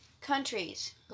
countries